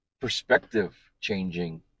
perspective-changing